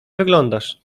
wyglądasz